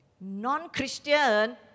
non-Christian